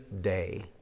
day